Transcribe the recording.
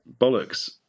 bollocks